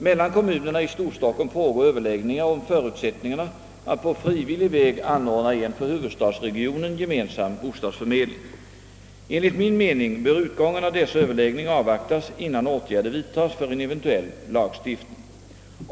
Mellan kommunerna i Storstockholm pågår överläggningar om förutsättningarna att på frivillig väg anordna en för huvudstadsregionen gemensam <:bostadsförmedling. Enligt min mening bör utgången av dessa överläggningar avvaktas innan åtgärder vidtas för en eventuell lagstiftning.